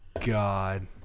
God